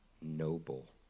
noble